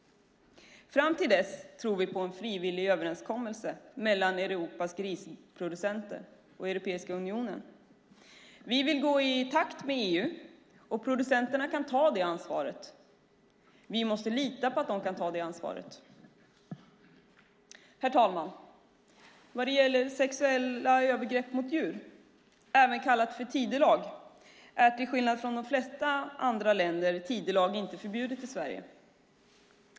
Fram till dess tror vi på en frivillig överenskommelse mellan Europas grisproducenter och Europeiska unionen. Vi vill gå i takt med EU, och producenterna kan ta det ansvaret. Vi måste lita på att de kan ta det ansvaret. Herr talman! Sexuella övergrepp mot djur, även kallat tidelag, är till skillnad från i de flesta länder inte förbjudet i Sverige.